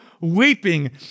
weeping